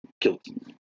guilty